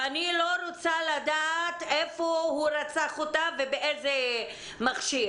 ואני לא רוצה לדעת איפה הוא רצח אותה ובאיזה מכשיר.